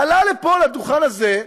עלה לפה, לדוכן הזה,